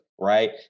Right